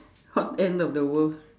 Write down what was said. hot end of the world